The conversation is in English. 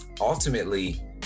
ultimately